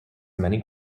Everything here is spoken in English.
many